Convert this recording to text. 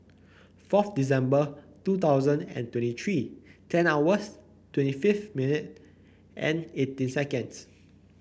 fourth December two thousand and twenty three ten hours twenty fifth minute and eighteen seconds